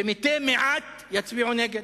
ומתי מעט יצביעו נגד.